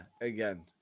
Again